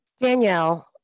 Danielle